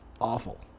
awful